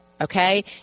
okay